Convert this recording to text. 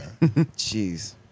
Jeez